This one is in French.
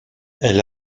elle